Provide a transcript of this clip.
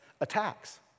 attacks